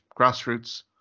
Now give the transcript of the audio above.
grassroots